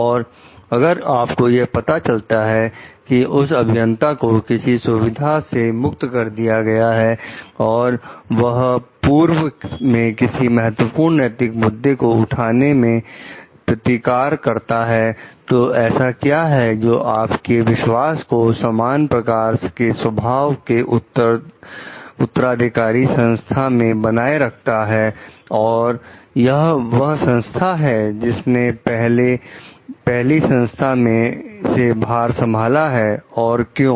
और अगर आपको यह पता चलता है कि उस अभियंता को किसी सुविधा से मुक्त कर दिया गया है और वह पूर्व में किसी महत्वपूर्ण नैतिक मुद्दे को उठाने में प्रतिकार करता है तो ऐसा क्या है जो आपके विश्वास को समान प्रकार के स्वभाव के उत्तराधिकारी संस्था में बनाए रखता है तो यह वह संस्थाएं है जिसने पहली संस्था से भार संभाला है और क्यों